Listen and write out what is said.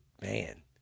man